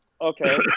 Okay